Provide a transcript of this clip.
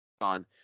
on